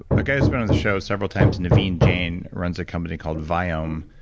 a guy has been on the show several times, naveen jane, runs a company called viome,